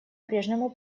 прежнему